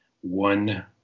one